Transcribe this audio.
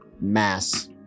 mass